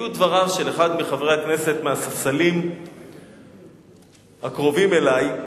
היו דבריו של אחד מחברי הכנסת מהספסלים הקרובים אלי,